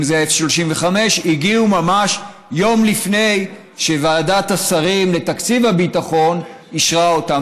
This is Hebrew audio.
הגיעו ממש יום לפני שוועדת השרים לתקציב הביטחון אישרה אותן.